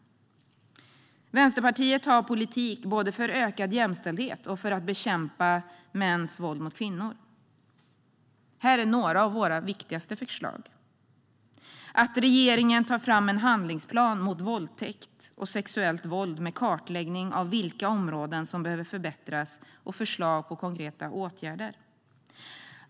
Vänsterpartiet har en politik både för ökad jämställdhet och för att bekämpa mäns våld mot kvinnor. Här är några av våra viktigaste förslag: Vi vill att regeringen tar fram en handlingsplan mot våldtäkt och sexuellt våld med en kartläggning av vilka områden som behöver förbättras och förslag på konkreta åtgärder.